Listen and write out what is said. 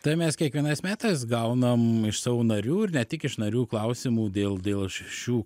tai mes kiekvienais metais gaunam iš savo narių ir ne tik iš narių klausimų dėl dėl šių